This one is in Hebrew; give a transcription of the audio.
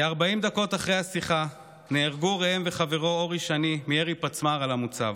כ-40 דקות אחרי השיחה נהרגו ראם וחברו אורי שני מירי פצמ"ר על המוצב.